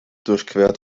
durchquert